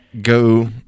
go